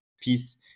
peace